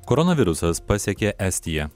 koronavirusas pasiekė estiją